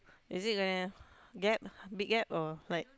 is it gonna gap big gap or like